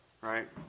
Right